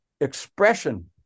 expression